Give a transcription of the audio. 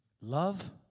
Love